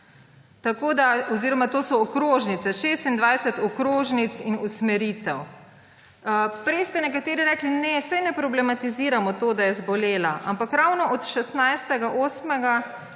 bilo. Oziroma to so okrožnice, 26 okrožnic in usmeritev. Prej ste nekateri rekli, ne, saj ne problematiziramo tega, da je zbolela, ampak ravno od 16. 8.